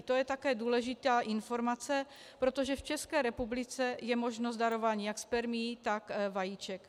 To je také důležitá informace, protože v České republice je možnost darování jak spermií, tak vajíček.